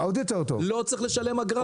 לא צריך לשלם אגרה.